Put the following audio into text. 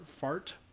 Fart